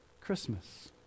Christmas